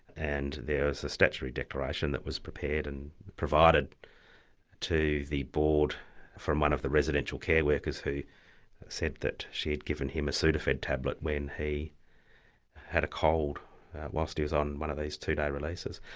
and there was a statutory declaration that was prepared and provided to the board from one of the residential care workers who said that she had given him a sudafed tablet when he had a cold whilst he was on one of these two-day releases.